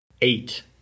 eight